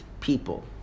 people